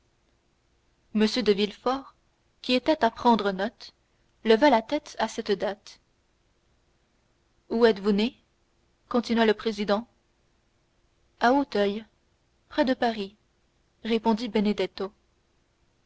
m de villefort qui était à prendre note leva la tête à cette date où êtes-vous né continua le président à auteuil près paris répondit